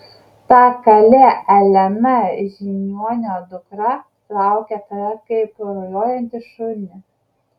ta kalė elena žiniuonio dukra traukia tave kaip rujojantį šunį